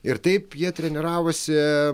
ir taip jie treniravosi